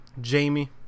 Jamie